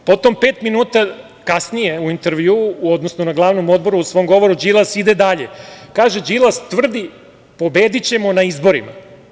Potom, pet minuta kasnije u intervjuu, odnosno na glavnom odboru u svom govoru Đilas ide dalje i kaže – pobedićemo na izborima.